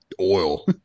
oil